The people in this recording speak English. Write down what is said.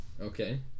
Okay